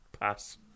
Pass